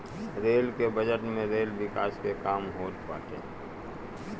rail के budget में rail विकास के काम होत बाटे